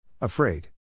Afraid